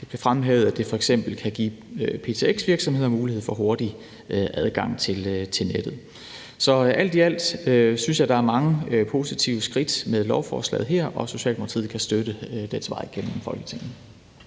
Det bliver fremhævet, at det f.eks. kan give ptx-virksomheder mulighed for hurtig adgang til nettet. Så alt i alt synes jeg, der bliver taget mange positive skridt med lovforslaget her, og Socialdemokratiet kan støtte dets vej gennem Folketinget.